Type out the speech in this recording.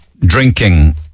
drinking